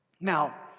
Now